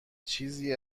چیزی